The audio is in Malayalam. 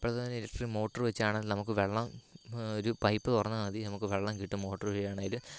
ഇപ്പോഴത്തെ ഇലക്ട്രിക് മോട്ടർ വെച്ചാണ് നമുക്ക് വെള്ളം ഒരു പൈപ്പ് തുറന്നാൽ മതി നമുക്ക് വെള്ളം കിട്ടും മോട്ടർ വഴിയാണേൽ